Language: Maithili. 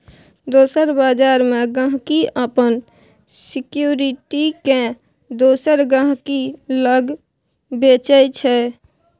दोसर बजार मे गांहिकी अपन सिक्युरिटी केँ दोसर गहिंकी लग बेचय छै